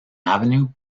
avenue